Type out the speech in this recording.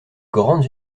grandes